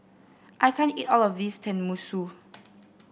I can't eat all of this Tenmusu